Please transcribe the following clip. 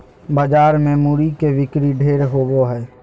बाजार मे मूरी के बिक्री ढेर होवो हय